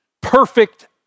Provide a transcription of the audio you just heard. perfect